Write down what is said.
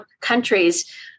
countries